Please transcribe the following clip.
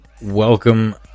Welcome